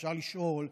אפשר לשאול,